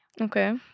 Okay